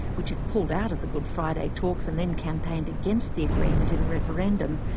which had pulled out of the good friday talks and then campaigned against the agreement in the referendum,